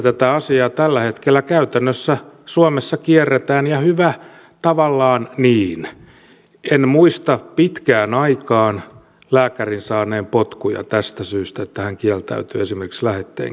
tätä asiaa tällä hetkellä käytännössä suomessa kierretään ja tavallaan hyvä niin en muista pitkään aikaan lääkärin saaneen potkuja tästä syystä että hän kieltäytyy esimerkiksi lähetteen kirjoittamisesta